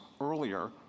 earlier